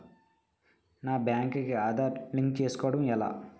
నా బ్యాంక్ కి ఆధార్ లింక్ చేసుకోవడం ఎలా?